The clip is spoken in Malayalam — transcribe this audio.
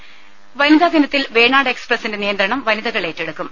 ദേദ വനിതാദിനത്തിൽ വേണാട് എക്സ്പ്രസിന്റെ നിയന്ത്രണം വനിതകൾ ഏറ്റെടുക്കും